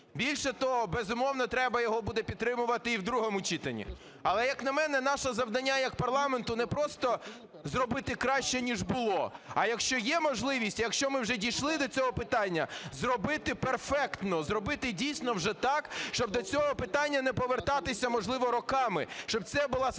Більше того, безумовно, треба його буде підтримувати і в другому читанні. Але, як на мене, наше завдання як парламенту не просто зробити краще ніж було, а якщо є можливість, якщо ми вже дійшли до цього питання, зробити перфектно, зробити дійсно вже так, щоб до цього питання не повертатися, можливо, роками, щоб це була система,